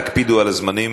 תקפידו על הזמנים.